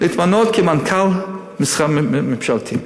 להתמנות כמנכ"ל משרד ממשלתי.